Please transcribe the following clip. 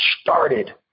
started